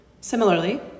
Similarly